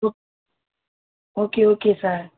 okay okay okay sir